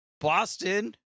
Boston